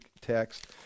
text